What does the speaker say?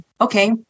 Okay